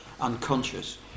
unconscious